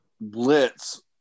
blitz